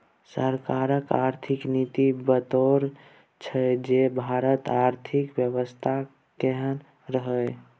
सरकारक आर्थिक नीति बताबैत छै जे भारतक आर्थिक बेबस्था केहन रहत